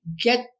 get